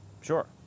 Sure